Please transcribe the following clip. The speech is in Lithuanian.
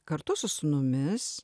kartu su sūnumis